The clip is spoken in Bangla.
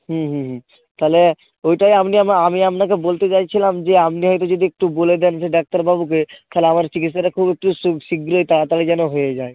হুম হুম হুম তাহলে ওইটাই আপনি আমি আপনাকে বলতে চাইছিলাম যে আপনি হয়তো যদি একটু বলে দেন সে ডাক্তারবাবুকে তাহলে আমার চিকিৎসাটা খুব একটু শীঘ্রই তাড়াতাড়ি যেন হয়ে যায়